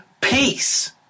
peace